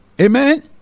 Amen